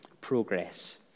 progress